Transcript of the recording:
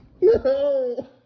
No